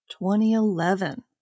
2011